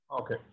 Okay